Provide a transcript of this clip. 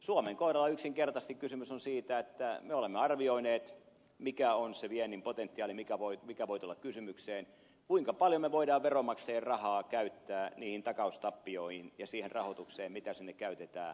suomen kohdalla yksinkertaisesti kysymys on siitä että me olemme arvioineet mikä on se viennin potentiaali mikä voi tulla kysymykseen kuinka paljon me voimme veronmaksajien rahaa käyttää niihin takaustappioihin ja siihen rahoitukseen mitä sinne käytetään